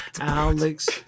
alex